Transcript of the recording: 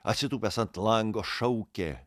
atsitūpęs ant lango šaukė